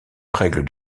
règle